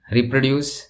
Reproduce